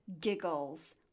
giggles